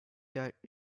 that